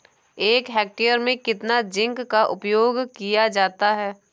एक हेक्टेयर में कितना जिंक का उपयोग किया जाता है?